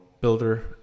builder